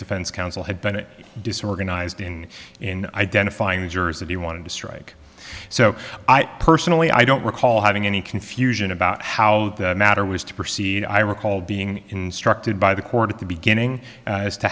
defense counsel had been a disorganized in in identifying the jurors that he wanted to strike so i personally i don't recall having any confusion about how the matter was to proceed i recall being instructed by the court at the beginning as to